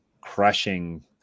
crushing